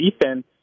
defense